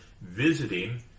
visiting